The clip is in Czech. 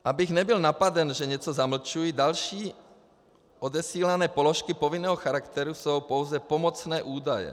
Abych nebyl napaden, že něco zamlčuji, další odesílané položky povinného charakteru jsou pouze pomocné údaje.